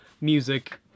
music